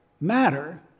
matter